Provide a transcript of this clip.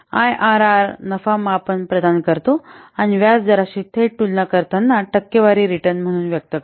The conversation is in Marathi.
आयआरआर नफा मापन प्रदान करतो आणि व्याजदराशी थेट तुलना करता टक्केवारी रिटर्न म्हणून व्यक्त करतो